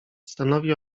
stanowi